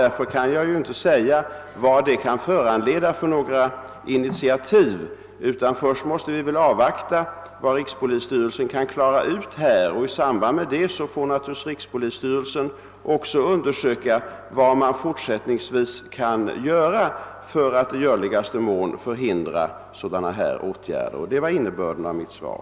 Därför kan jag inte säga vilka initiativ som den kan föranleda. Först måste vi avvakta rikspolisstyrelsens utredning, och i samband därmed får rikspolisstyrelsen undersöka vad man fortsättningsvis kan göra för att i görligaste mån förhindra sådana händelser. Det var innebörden av mitt svar.